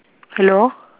hello